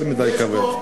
יותר מדי כבד.